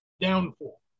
downfall